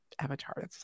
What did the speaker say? avatar